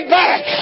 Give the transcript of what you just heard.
back